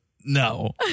no